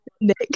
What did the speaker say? Nick